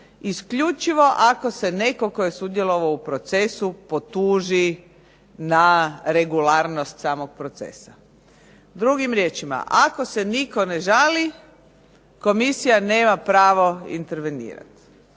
isključivo ako se netko tko je sudjelovao u procesu potuži na regularnost samog procesa. Drugim riječima, ako se nitko ne žali komisija nema pravo intervenirati.